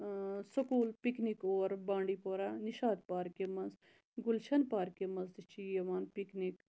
school picnic اور Bandipora Nishat پارکہِ مَنٛز گُلشَن پارکہِ مَنٛز تہِ چھِ یِوان پِکنِک